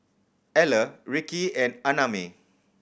Eller Rickie and Annamae